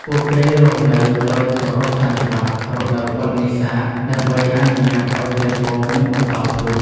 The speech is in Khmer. ពួកគេរស់នៅដោយគោរពតាមច្បាប់ រដូវបិទនេសាទ ដើម្បីអនុញ្ញាតឱ្យត្រីពងនិងបន្តពូជ។